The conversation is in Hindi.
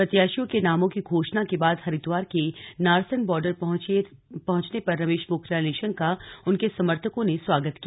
प्रत्याशियों के नामों की घोषणा के बाद हरिद्वार के नारसन बॉर्डर पहंचने पर रमेश पोखरियाल निशंका का उनके समर्थकों ने स्वागत किया